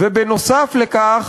ונוסף על כך,